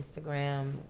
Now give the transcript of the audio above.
Instagram